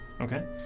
Okay